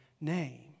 name